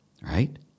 right